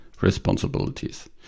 responsibilities